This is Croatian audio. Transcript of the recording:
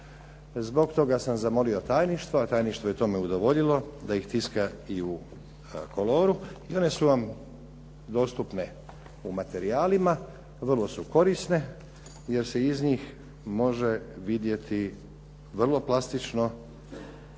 Zbog toga sam zamolio tajništvo, a tajništvo je tome udovoljilo da ih tiska i u koloru. I one su vam dostupne u materijalima. Vrlo su korisne, jer se iz njih može vidjeti vrlo plastično